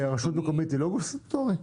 ורשות מקומית היא לא גוף סטטוטורי?